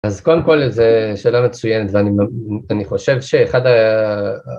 אז קודם כל זה שאלה מצוינת ואני חושב שאחד ה...